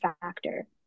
factor